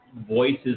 voices